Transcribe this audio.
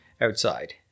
outside